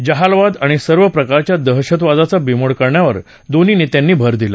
जहालवाद आणि सर्व प्रकारच्या दहशतवादाचा बीमोड करण्यावर दोन्ही नेत्यांनी भर दिला